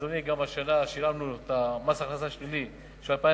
אדוני, גם השנה שילמנו מס הכנסה שלילי של 2008: